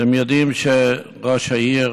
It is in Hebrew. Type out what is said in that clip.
אתם יודעים שראש העיר,